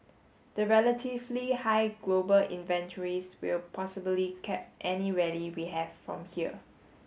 the relatively high global inventories will possibly cap any rally we have from here